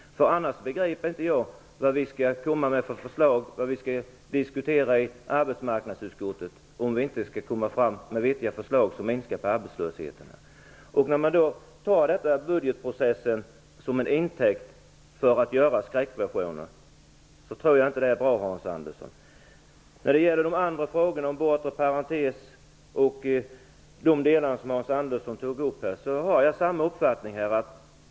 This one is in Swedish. Jag begriper inte vad vi skall komma med för förslag, och vad vi skall diskutera i arbetsmarknadsutskottet, om vi inte skall komma fram med vettiga förslag som minskar arbetslösheten. Om man tar budgetprocessen till intäkt för att komma med skräckvisioner, tror jag inte att det är bra, När det gäller en bortre parentes och de andra frågorna som Hans Andersson tog upp, har jag samma uppfattning.